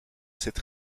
cette